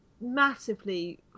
massively